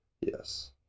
Yes